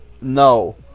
No